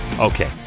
Okay